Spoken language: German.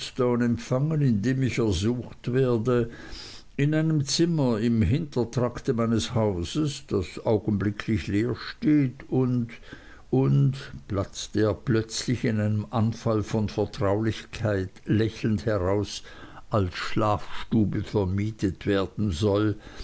in dem ich ersucht werde in einem zimmer im hintertrakte meines hauses das augenblicklich leer steht und und platzte er plötzlich in einem anfall von vertraulichkeit lächelnd heraus als schlafstube vermietet werden soll